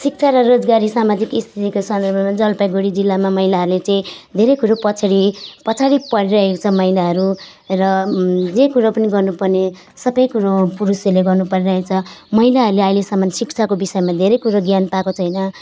शिक्षा र रोजगारी सामाजिक स्थितिको सन्दर्भमा जलपाइगुडी जिल्लामा महिलाहरूले चाहिँ धेरै कुरो पछाडि पछाडि परिरहेको छ महिलाहरू र जे कुरो पनि गर्नुपर्ने सबै कुरो पुरुषहरूले गर्नुपर्ने रहेछ महिलाहरूले अहिलेसम्म शिक्षाको विषयमा धेरै कुरो ज्ञान पाएको छैन